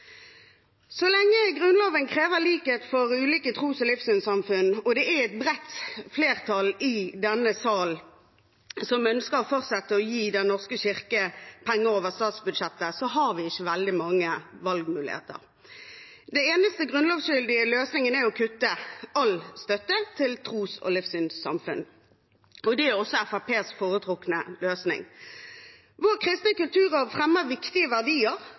Så lenge Grunnloven krever likhet for ulike tros- og livssynssamfunn og det er et bredt flertall i denne sal som ønsker å fortsette å gi Den norske kirke penger over statsbudsjettet, har vi ikke veldig mange valgmuligheter. Den eneste grunnlovsgyldige løsningen er å kutte all støtte til tros- og livssynsamfunn, og det er også Fremskrittspartiets foretrukne løsning. Vår kristne kulturarv fremmer viktige verdier